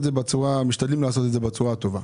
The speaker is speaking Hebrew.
הם משתדלים לעשות את זה בצורה הטובה.